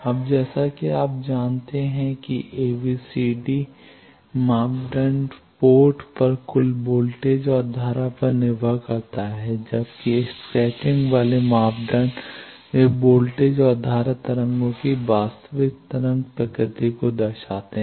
अब जैसा कि आप जानते हैं कि एबीसीडी मापदंड पोर्ट पर कुल वोल्टेज और धारा पर निर्भर करता है जबकि स्कैटरिंग वाले मापदंड वे वोल्टेज और धारा तरंगों की वास्तविक तरंग प्रकृति को दर्शाते हैं